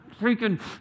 freaking